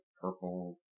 purple